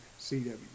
CW